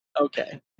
Okay